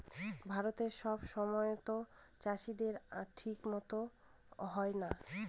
ভারতে সব সময়তো চাষীদের আয় ঠিক মতো হয় না